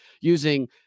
using